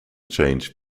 change